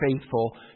faithful